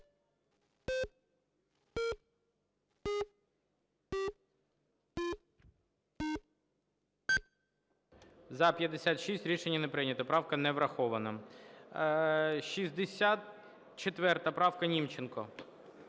За-56 Рішення не прийнято. Правка не врахована. 64 правка, Німченко.